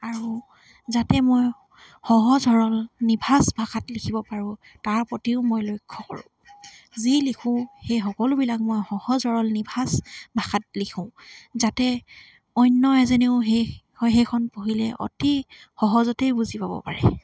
আৰু যাতে মই সহজ সৰল নিভাঁজ ভাষাত লিখিব পাৰোঁ তাৰ প্ৰতিও মই লক্ষ্য কৰোঁ যি লিখোঁ সেই সকলোবিলাক মই সহজ সৰল নিভাঁজ ভাষাত লিখোঁ যাতে অন্য এজনেও সেই সেইখন পঢ়িলে অতি সহজতেই বুজি পাব পাৰে